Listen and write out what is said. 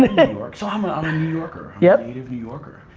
new york. so, i'm a and new yorker yeah native new yorker.